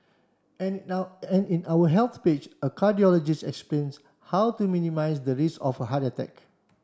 and now and in our health page a cardiologist explains how to minimise the risk of a heart attack